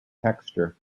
texture